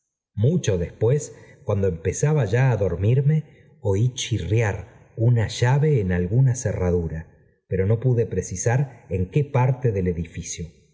cho después cuando empezaba ya á dor h minne oí chimar una llave en alguna cerradura pero no pude precisar en qué parte del edificio